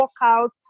workout